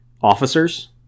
officers